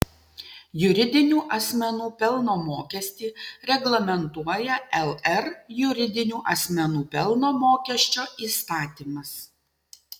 juridinių asmenų pelno mokestį reglamentuoja lr juridinių asmenų pelno mokesčio įstatymas